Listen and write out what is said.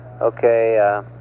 okay